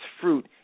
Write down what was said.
fruit